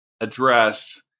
address